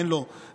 אין לו טבלט,